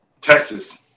Texas